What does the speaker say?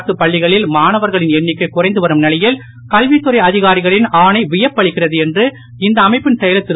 அரசுப் பள்ளிகளில் மாணவர்களின் எண்ணிக்கை குறைந்துவரும் நிலையில் கல்வித்துறை அதிகாரிகளின் ஆணை வியப்பளிக்கிறது என்று இந்த அமைப்பின் செயலர் திரு